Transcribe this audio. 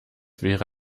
wäre